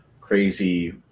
crazy